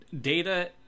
data